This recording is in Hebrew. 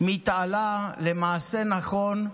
מתעלה למעשה נכון,